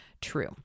true